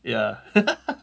ya